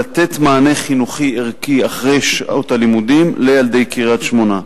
לתת מענה חינוכי-ערכי אחרי שעות הלימודים לילדי קריית-שמונה.